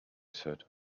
said